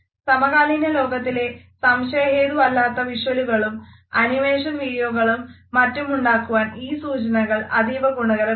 സമകാലീന ലോകത്തിലെ സംശയഹേതുവല്ലാത്ത വിഷ്വലുകളും അനിമേഷൻ വീഡിയോകളും മറ്റുമുണ്ടാക്കുവാൻ ഈ സൂചനകൾ അതീവ ഗുണകരമാകുന്നു